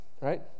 right